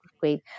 great